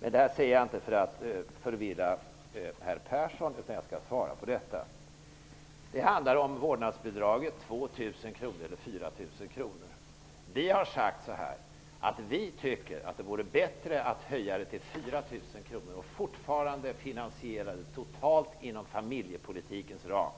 Detta säger jag inte för att förvirra herr Persson. Jag skall svara på hans fråga som handlar om huruvida vårdnadsbidraget skall vara 2 000 kr eller 4 000 kr. Vi tycker att det är bättre att höja bidraget till 4 000 kr och att det fortfarande totalt skall finansieras inom familjepolitikens ram.